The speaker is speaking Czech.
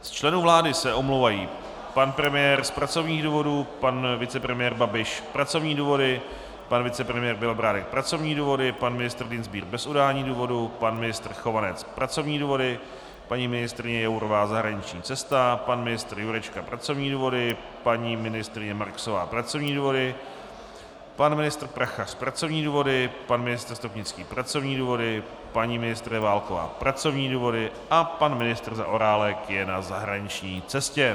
Z členů vlády se omlouvají pan premiér z pracovních důvodů, pan vicepremiér Babiš pracovní důvody, pan vicepremiér Bělobrádek pracovní důvody, pan ministr Dienstbier bez udání důvodu, pan ministr Chovanec pracovní důvody, paní ministryně Jourová zahraniční cesta, pan ministr Jurečka pracovní důvody, paní ministryně Marksová pracovní důvody, pan ministr Prachař pracovní důvody, pan ministr Stropnický pracovní důvody, paní ministryně Válková pracovní důvody a pan ministr Zaorálek je na zahraniční cestě.